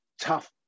tough